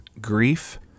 grief